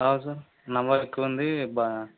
అవ్ సార్ నవ ఎక్కువ ఉంది బా